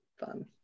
Fun